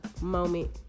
moment